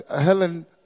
Helen